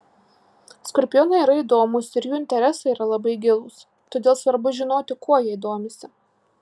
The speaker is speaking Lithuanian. skorpionai yra įdomūs ir jų interesai yra labai gilūs todėl svarbu žinoti kuo jei domisi